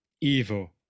evil